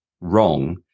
wrong